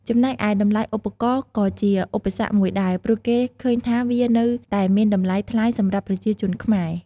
ចំណែកឯតម្លៃឧបករណ៍ក៏ជាឧបសគ្គមួយដែរ ព្រោះគេឃើញថាវានៅតែមានតម្លៃថ្លៃសម្រាប់ប្រជាជនខ្មែរ។